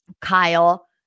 Kyle